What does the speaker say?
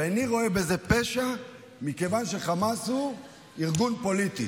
ואיני רואה בזה פשע מכיוון שחמאס הוא ארגון פוליטי.